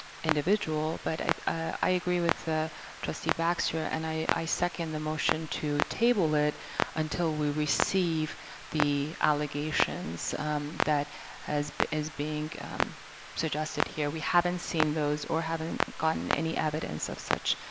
individual but i agree with trustee baxter and i second the motion to table it until we receive the allegations that as is being suggested here we haven't seen those or haven't gotten any evidence of such